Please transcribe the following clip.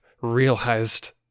realized